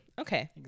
okay